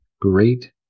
great